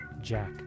Jack